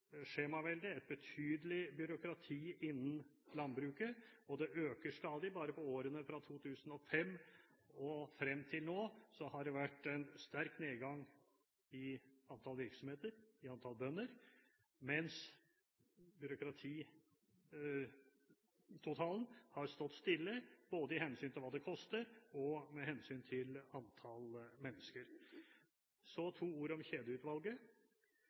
er det et betydelig skjemavelde, byråkrati, innen landbruket, og det øker stadig. Bare i løpet av årene fra 2005 og frem til nå har det vært en sterk nedgang i antall virksomheter, i antall bønder, mens byråkratitotalen har stått stille både med hensyn til hva det koster, og med hensyn til antall mennesker. Så to ord om kjedeutvalget: